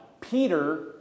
Peter